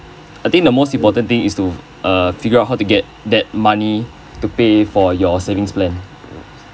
I think the most important thing is to uh figure out how to get that money to pay for your savings plan